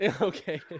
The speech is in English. okay